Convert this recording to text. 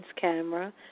camera